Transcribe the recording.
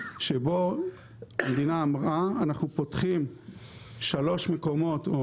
שבו המדינה אמרה אנחנו פותחים שלוש מקומות או